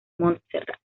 montserrat